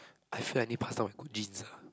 I feel like I need to pass down on my good genes ah